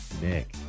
Nick